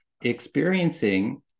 experiencing